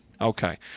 Okay